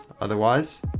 otherwise